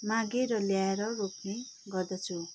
मागेर ल्याएर रोप्ने गर्दछु